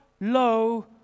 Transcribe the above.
low